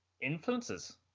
Influences